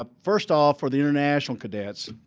ah first off, for the international cadets.